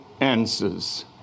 answers